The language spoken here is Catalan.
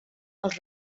els